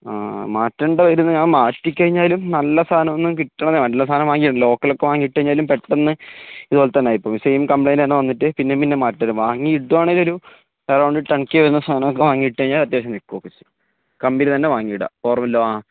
ആ മാറ്റേണ്ടിവരും മാറ്റിക്കഴിഞ്ഞാലും നല്ല സാധനമൊന്നും കിട്ടണമെന്നില്ല നല്ല സാധനം വാങ്ങണം ലോക്കലൊക്കെ വാങ്ങിയിട്ട് കഴിഞ്ഞാലും പെട്ടെന്ന് ഇതുപോലെ തന്നെയായിപ്പോകും സെയിം കംപ്ലൈന്റ്റ് തന്നെ വന്നിട്ട് പിന്നെയും പിന്നെയും മാറ്റേണ്ടി വരും വാങ്ങിയിടുകയാണെങ്കിൽ ഒരു എറൗണ്ട് ടെൻ കെ വരുന്ന സാധനമൊക്കെ വാങ്ങിയിട്ടുകഴിഞ്ഞാല് അത്യാവശ്യം നില്ക്കുകയൊക്കെ ചെയ്യും കമ്പനി തന്നെ വാങ്ങിയിടാം